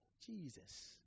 Jesus